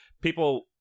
people—